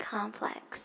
Complex